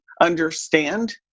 understand